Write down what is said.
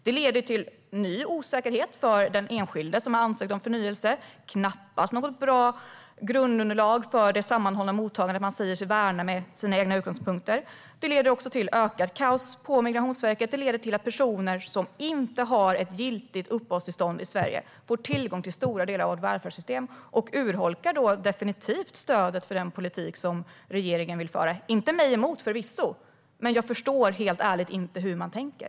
Det leder till ny osäkerhet för den enskilde som har ansökt om förnyelse - knappast något bra underlag för det sammanhållna mottagande man säger sig värna med sina egna utgångspunkter. Det leder också till ökat kaos på Migrationsverket, och det leder till att personer som inte har ett giltigt uppehållstillstånd i Sverige får tillgång till stora delar av vårt välfärdssystem. Det urholkar definitivt stödet för den politik som regeringen vill föra. Inte mig emot, förvisso, men jag förstår helt ärligt inte hur man tänker.